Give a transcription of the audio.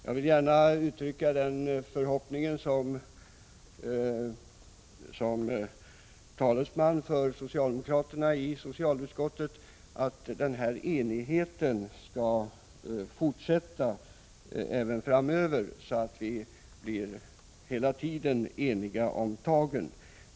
Som talesman för socialdemokraterna i socialutskottet vill jag gärna uttrycka förhoppningen att denna enighet skall fortsätta att råda även framöver, så att vi hela tiden är överens om tagen.